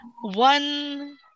One